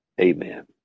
amen